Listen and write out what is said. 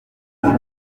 banki